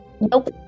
Nope